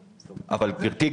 גברתי,